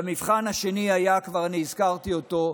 והמבחן השני היה, כבר הזכרתי אותו,